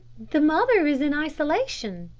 the mother is in isolation,